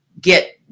get